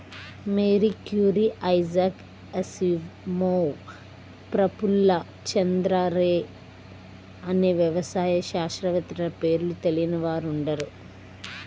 Mary Curie, Isaac Asimov, Prafulla Chandra Ray అనే వ్యవసాయ శాస్త్రవేత్తల పేర్లు తెలియని వారుండరు